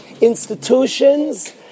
institutions